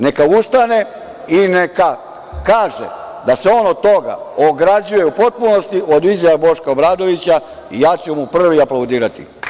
Neka ustane i neka kaže da se on od toga ograđuje u potpunosti, od izjava Boška Obradovića, i ja ću mu prvi aplaudirati.